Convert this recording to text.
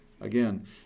Again